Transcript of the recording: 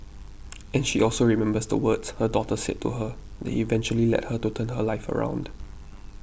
and she also remembers the words her daughter said to her that eventually led her to turn her life around